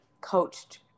coached